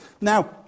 Now